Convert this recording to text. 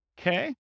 Okay